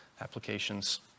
applications